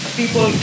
people